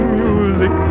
music